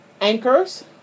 anchors